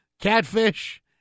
Catfish